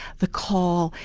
the call,